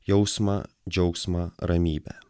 jausmą džiaugsmą ramybę